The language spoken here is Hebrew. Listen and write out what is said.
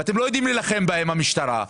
ואתם לא יודעים להילחם בהם המשטרה,